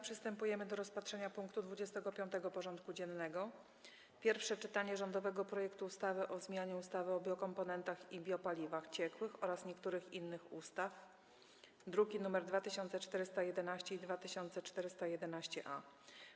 Przystępujemy do rozpatrzenia punktu 25. porządku dziennego: Pierwsze czytanie rządowego projektu ustawy o zmianie ustawy o biokomponentach i biopaliwach ciekłych oraz niektórych innych ustaw (druki nr 2411 i 2411-A)